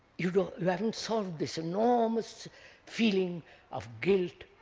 you haven't solved this enormous feeling of guilt,